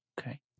Okay